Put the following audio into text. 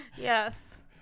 Yes